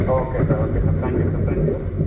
okay sir okay sir thank you sir thank you